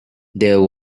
there